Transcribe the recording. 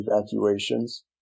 evacuations